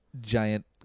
giant